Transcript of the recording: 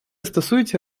стосується